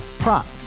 Prop